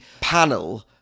panel